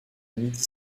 midi